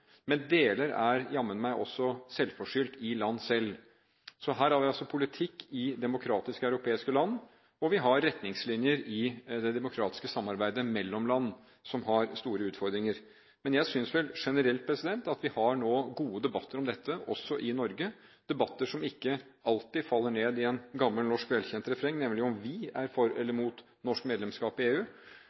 Men deler er jammen meg også selvforskyldt i land. Så her har vi altså en politikk i demokratiske europeiske land, og vi har retningslinjer i det demokratiske samarbeidet mellom land som har store utfordringer. Jeg synes vel generelt at vi nå har gode debatter om dette også i Norge, debatter som ikke alltid faller ned i et gammelt, velkjent norsk refreng, nemlig om vi er for eller mot norsk medlemskap i EU.